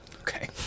Okay